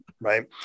right